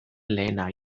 lehena